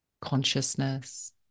consciousness